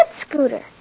scooter